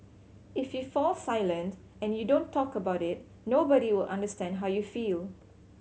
if you fall silent and you don't talk about it nobody will understand how you feel